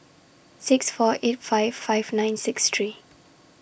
six four eight five five nine six three